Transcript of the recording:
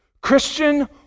Christian